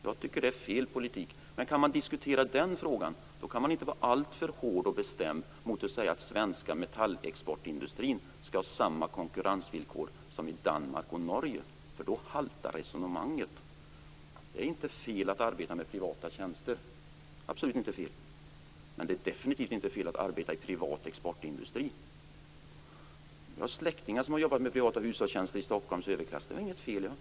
Jag tycker att det är fel politik. Men när man diskuterar den frågan kan man inte vara alltför hård och bestämd och säga att svensk metallexportindustri skall ha samma konkurrensvillkor som i Danmark och i Norge, för då haltar resonemanget. Det är inte fel att arbeta med privata tjänster, absolut inte fel. Men det är definitivt inte fel att arbeta i privat exportindustri. Jag har släktingar som har arbetat med privata hushållstjänster i Stockholms överklass. Det är inget fel med det.